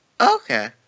Okay